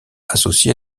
associés